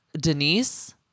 Denise